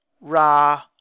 Ra